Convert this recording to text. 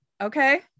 Okay